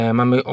mamy